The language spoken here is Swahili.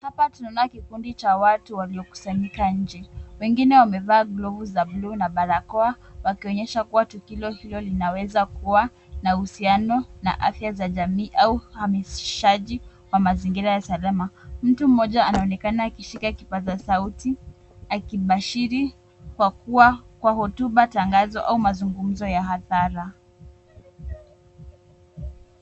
Hapa tunaona kikundi cha watu waliokusanyika nje. Wengine wamevaa glavu za bluu na barakoa wakionyesha kuwa tukio hilo linaweza kuwa na uhusiano na afya za jamii au uhamasishaji wa mazingira ya salama. Mtu mmoja anaonekana akishika kipasa sauti akibashiri kwa kuwa kwa hotuba tangazo au mazungumzo ya adhara.